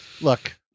Look